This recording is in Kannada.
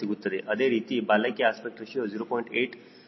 ಅದೇ ರೀತಿ ಬಾಲಕ್ಕೆ ಅಸ್ಪೆಕ್ಟ್ ರೇಶಿಯೋ 0